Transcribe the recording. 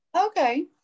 okay